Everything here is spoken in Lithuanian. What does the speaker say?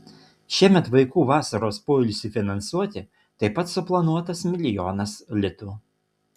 šiemet vaikų vasaros poilsiui finansuoti taip pat suplanuotas milijonas litų